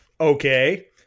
Okay